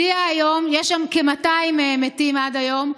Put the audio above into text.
יש שם כ-200 מתים עד היום,